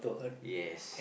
yes